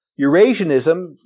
Eurasianism